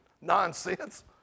nonsense